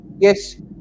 Yes